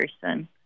person